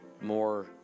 more